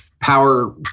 power